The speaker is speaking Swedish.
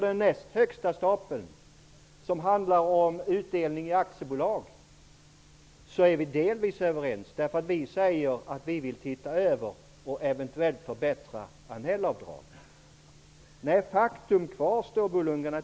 Den näst högsta stapeln handlar om utdelningen i aktiebolag, och i fråga om detta är vi delvis överens. Vi säger att vi vill se över och eventuellt förbättra Annellavdraget. Faktum kvarstår, Bo Lundgren.